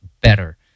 better